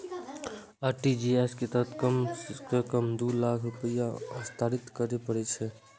RTGS के तहत कम सं कम दू लाख रुपैया हस्तांतरित करय पड़ै छै